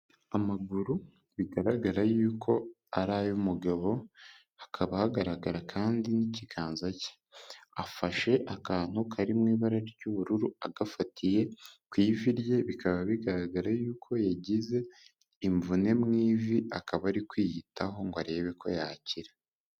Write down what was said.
Amaguru bigaragara yuko ari ay'umugabo hakaba hagaragara kandi n'ikiganza cye, afashe akantu kari mu ibara ry'ubururu agafatiye ku ivi rye bikaba bigaragara yuko yagize imvune mu ivi akaba ari kwiyitaho ngo arebe ko yakira.